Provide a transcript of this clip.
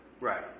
Right